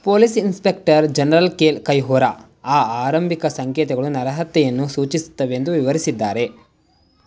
police inspector general Kale Kayihura ಆ ಆರಂಭಿಕ ಸಂಕೇತಗಳು ನರಹತ್ಯೆಯನ್ನು ಸೂಚಿಸುತ್ತವೆ ಎಂದು ವಿವರಿಸಿದ್ದಾರೆ